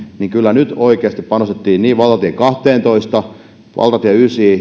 uudellamaalla kyllä nyt oikeasti panostettiin valtatie kahteentoista valtatie yhdeksään